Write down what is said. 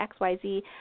XYZ